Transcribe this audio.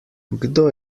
kdo